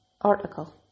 article